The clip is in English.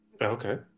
okay